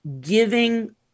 giving